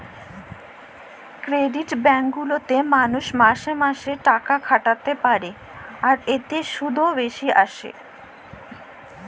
credit bank গুলাতে মালুষ মাসে মাসে তাকাখাটাতে পারে, আর এতে শুধ ও বেশি আসে